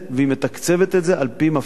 והיא מתקצבת את זה גם כן,